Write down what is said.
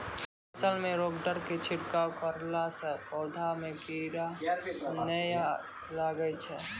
फसल मे रोगऽर के छिड़काव करला से पौधा मे कीड़ा नैय लागै छै?